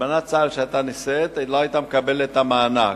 אלמנת צה"ל שהיתה נישאת לא היתה מקבלת את המענק.